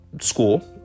school